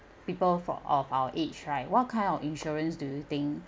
people for of our age right what kind of insurance do you think